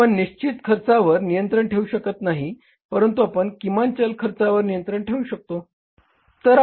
आपण निश्चित खर्चावर नियंत्रण ठेवू शकत नाही परंतु आपण किमान चल खर्चावर नियंत्रण ठेवू शकतो